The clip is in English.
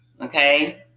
okay